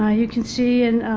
ah you can see and